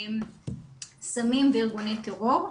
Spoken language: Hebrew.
סמים וארגוני טרור.